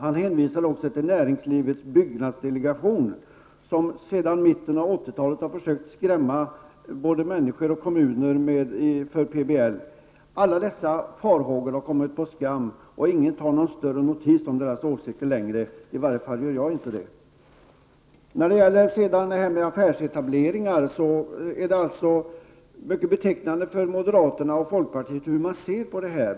Han hänvisade också till näringslivets byggnadsdelegation, som sedan mitten av 80-talet har försökt att skrämma både människor och kommuner för PBL. Alla dessa farhågor har kommit på skam och ingen tar någon större notis om delegationens åsikter längre. I varje fall gör jag inte det. Det är mycket betecknande för moderaterna och folkpartiet hur de ser på affärsetableringar.